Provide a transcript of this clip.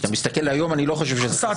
כשאתה מסתכל היום אני לא חושב שזה חסר תקדים.